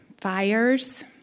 fires